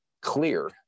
clear